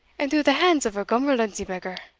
and through the hands of a gaberlunzie beggar.